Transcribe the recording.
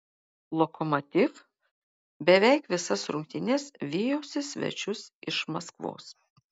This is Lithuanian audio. lokomotiv beveik visas rungtynes vijosi svečius iš maskvos